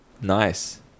Nice